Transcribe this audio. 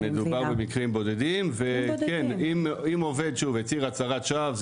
מדובר במקרים בודדים ואם עובד הצהיר הצהרת שווא,